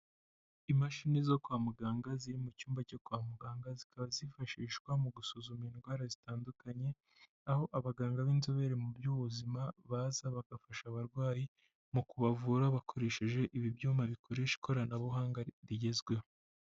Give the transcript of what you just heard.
Imashini zo kwa muganga, ziri mu cyumba cyo kwa muganga, zikaba zifashishwa mu gusuzuma indwara zitandukanye, aho abaganga b'inzobere mu by'ubuzima, baza bagafasha abarwayi, mu kubavura bakoresheje ibyuma bikoresha ikoranabuhanga rigezweho.